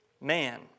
man